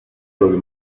los